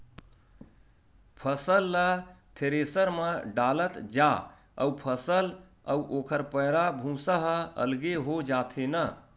फसल ल थेरेसर म डालत जा अउ फसल अउ ओखर पैरा, भूसा ह अलगे हो जाथे न